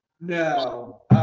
No